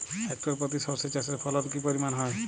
Hectare প্রতি সর্ষে চাষের ফলন কি পরিমাণ হয়?